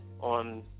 on